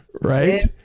Right